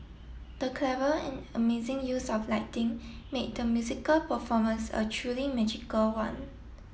the clever and amazing use of lighting made the musical performance a truly magical one